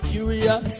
Curious